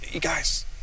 guys